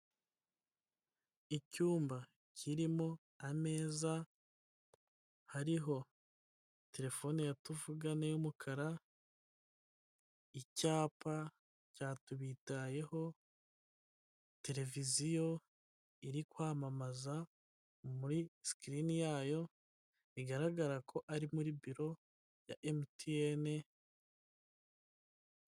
Icyumba kirimo ameza, hariho telefone ya tuvugane y'umukara, icyapa cya tubitayeho, televiziyo iri kwamamaza muri sikirini yayo, bigaragara ko ari muri biro ya emutiyene.